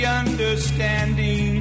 understanding